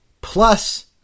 plus